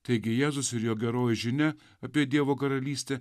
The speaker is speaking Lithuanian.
taigi jėzus ir jo geroji žinia apie dievo karalystę